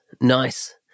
nice